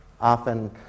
often